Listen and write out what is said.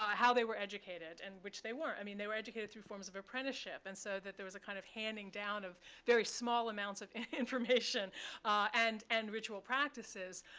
ah how they were educated, and which they weren't. i mean, they were educated through forms of apprenticeship. and so that there was a kind of handing down of very small amounts of information and and ritual practices,